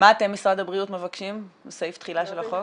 מה אתם משרד הבריאות מבקשים בסעיף תחילה של החוק?